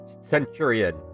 Centurion